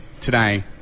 today